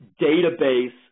database